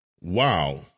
Wow